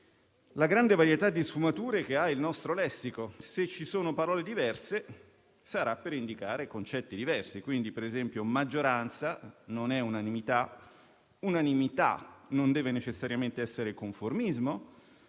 la grande varietà di sfumature che ha il nostro lessico. Se ci sono parole diverse, sarà per indicare concetti diversi: ad esempio, "maggioranza" non è "unanimità"; "unanimità" non deve necessariamente essere "conformismo";